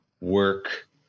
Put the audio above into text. work